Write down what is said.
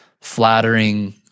flattering